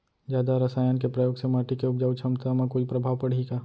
जादा रसायन के प्रयोग से माटी के उपजाऊ क्षमता म कोई प्रभाव पड़ही का?